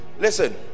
Listen